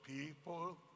people